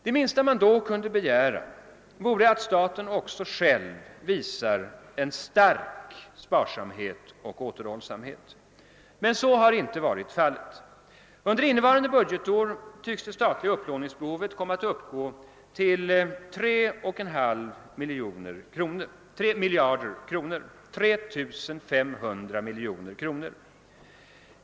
Det minsta man då kunde begära vore att staten själv visar stor sparsamhet och stark återhållsamhet. Men så har inte varit fallet. Under innevarande budgetår tycks det statliga upplåningsbehovet komma att uppgå till 3 500 miljoner kronor.